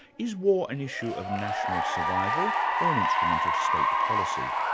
is war an issue of national survival or an instrument of state policy?